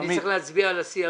מבקש שתתנו תשובה חיובית.